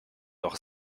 doch